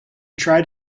tried